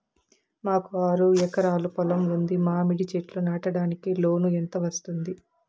మాకు ఆరు ఎకరాలు పొలం ఉంది, మామిడి చెట్లు నాటడానికి లోను ఎంత వస్తుంది?